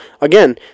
Again